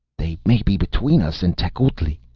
they may be between us and tecuhltli!